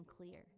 unclear